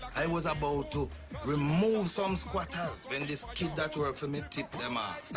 i was about to remove some squatters. when this kid that worked for me tipped them off.